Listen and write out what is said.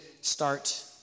start